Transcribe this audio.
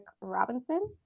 Robinson